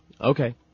Okay